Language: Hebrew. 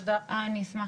תודה רבה, גברתי.